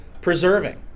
preserving